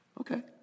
Okay